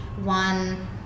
one